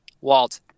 Walt